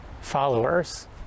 followers